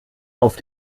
auf